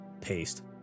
paste